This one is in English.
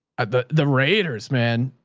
the the raiders, man,